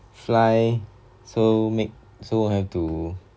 fly so make so won't have to